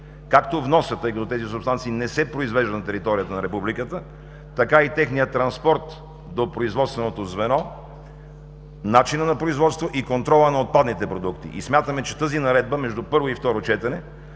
както вноса – тъй като тези субстанции не се произвеждат на територията на републиката, така и техния транспорт до производственото звено, начинът на производство и контрола на отпадните продукти. Смятаме, че тази наредба между първо и второ четене